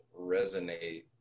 resonate